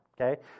Okay